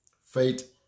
faith